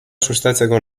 sustatzeko